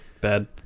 Bad